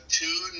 two